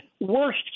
worst